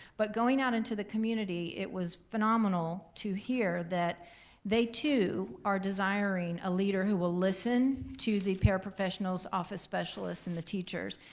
but going out into the community, it was phenomenal to hear that they too are desiring a leader who will listen to the paraprofessionals, office specialists, and the teachers.